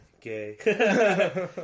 gay